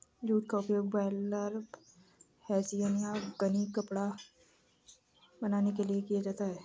jute का उपयोग burlap hessian या गनी कपड़ा बनाने के लिए किया जाता है